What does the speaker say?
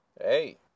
Hey